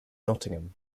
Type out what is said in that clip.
nottingham